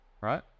right